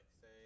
say